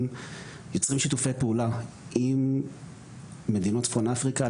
יוצרים שיתופי פעולה עם מדינות צפון אפריקה,